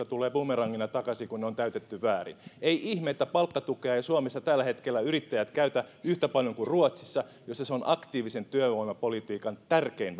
tulee bumerangina takaisin kun ne on täytetty väärin ei ihme että palkkatukea eivät suomessa tällä hetkellä yrittäjät käytä yhtä paljon kuin ruotsissa jossa se on aktiivisen työvoimapolitiikan tärkein